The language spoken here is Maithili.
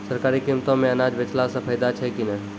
सरकारी कीमतों मे अनाज बेचला से फायदा छै कि नैय?